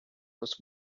was